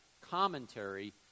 commentary